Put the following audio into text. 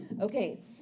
Okay